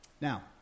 Now